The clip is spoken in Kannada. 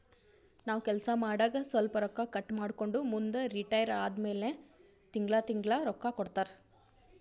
ನಾವ್ ಕೆಲ್ಸಾ ಮಾಡಾಗ ಸ್ವಲ್ಪ ರೊಕ್ಕಾ ಕಟ್ ಮಾಡ್ಕೊಂಡು ಮುಂದ ರಿಟೈರ್ ಆದಮ್ಯಾಲ ತಿಂಗಳಾ ತಿಂಗಳಾ ರೊಕ್ಕಾ ಕೊಡ್ತಾರ